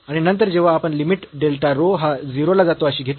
आणि नंतर जेव्हा आपण लिमिट डेल्टा रो हा 0 ला जातो अशी घेतो